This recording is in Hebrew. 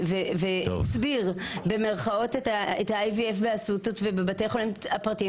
ו"הצביר" במירכאות את ה-IVF באסותות ובבתי החולים הפרטיים,